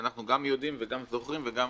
אנחנו גם יודעים וגם זוכרים וגם